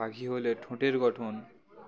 পাখি হলে ঠোঁটের গঠন